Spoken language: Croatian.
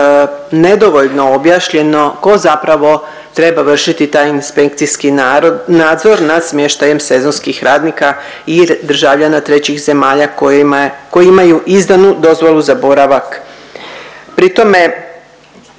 nedovoljno objašnjeno ko zapravo treba vršiti taj inspekcijski nadzor nad smještajem sezonskih radnika i državljana trećih zemalja koji imaju izdanu dozvolu za boravak.